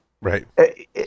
Right